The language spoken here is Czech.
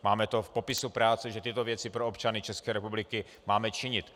Máme to v popisu práce, že tyto věci pro občany České republiky máme činit.